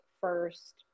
first